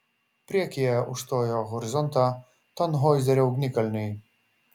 priekyje užstojo horizontą tanhoizerio ugnikalniai